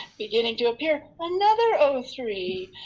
beginning to appear. another o three,